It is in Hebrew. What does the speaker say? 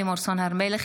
לימור סון הר מלך,